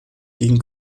gegen